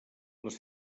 les